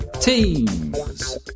Teams